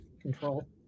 control